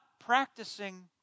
practicing